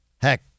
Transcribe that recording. heck